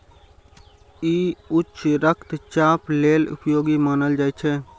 ई उच्च रक्तचाप लेल उपयोगी मानल जाइ छै